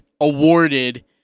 awarded